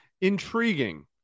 intriguing